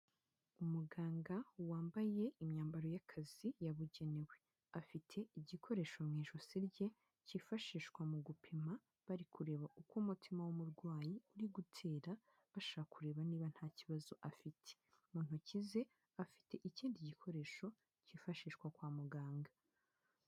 Umuganga wambaye imyambaro y'akazi yabugenewe, afite igikoresho mu ijosi rye kifashishwa mu gupima bari kureba uko umutima w'umurwayi uri gutera bashaka kureba niba nta kibazo afite, mu ntoki ze afite ikindi gikoresho cyifashishwa kwa muganga.